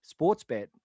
Sportsbet